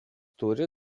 turi